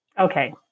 Okay